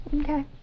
Okay